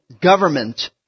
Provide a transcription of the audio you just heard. government